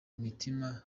mutima